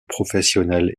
professionnels